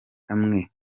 amwe